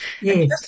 Yes